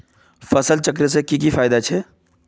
फसल चक्र से की की फायदा छे?